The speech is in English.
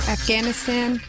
Afghanistan